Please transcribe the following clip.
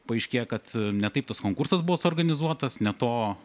paaiškėja kad ne taip tas konkursas buvo suorganizuotas ne to